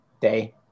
day